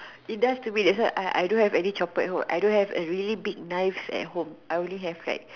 it does too me that's why I don't have any chopper at home I don't have a really big knife at home I only have like